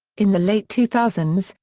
in the late two thousand